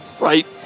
right